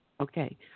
okay